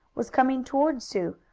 was coming toward sue,